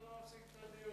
למה אתה לא מפסיק את הדיון?